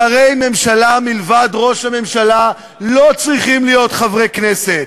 כי שרי ממשלה מלבד ראש ממשלה לא צריכים להיות חברי כנסת,